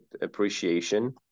appreciation